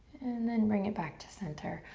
and then bring it back to center,